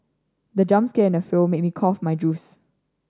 the jump scare in the film made me cough my juice